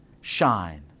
shine